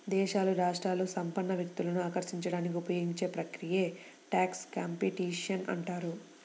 దేశాలు, రాష్ట్రాలు సంపన్న వ్యక్తులను ఆకర్షించడానికి ఉపయోగించే ప్రక్రియనే ట్యాక్స్ కాంపిటీషన్ అంటారు